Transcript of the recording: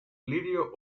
lirio